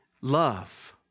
love